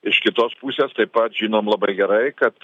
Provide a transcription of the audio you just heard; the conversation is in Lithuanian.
iš kitos pusės taip pat žinom labai gerai kad